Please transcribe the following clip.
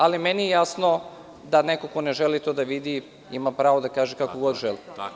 Jasno mi je da neko ko ne želi to da vidi ima pravo da kaže kako god želi.